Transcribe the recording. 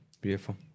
Beautiful